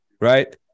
right